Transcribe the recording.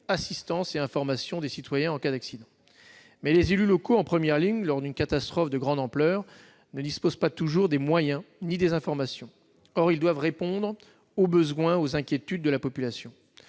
assistance et information des citoyens en cas d'accident. Mais les élus locaux, en première ligne lors d'une catastrophe de grande ampleur, ne disposent pas toujours des moyens et des informations nécessaires. Or ils doivent répondre aux besoins et aux inquiétudes de la population.